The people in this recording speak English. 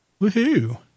woohoo